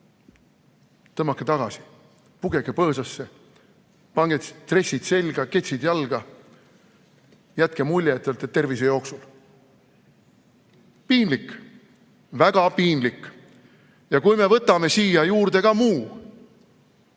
tõmmake tagasi, pugege põõsasse, pange dressid selga, ketsid jalga, jätke mulje, et te olete tervisejooksul. Piinlik! Väga piinlik! Ja kui me võtame siia juurde ka muu,